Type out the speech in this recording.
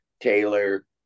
Taylor